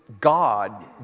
God